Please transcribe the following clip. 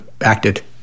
acted